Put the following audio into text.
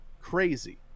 crazy